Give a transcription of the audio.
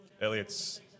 Elliot's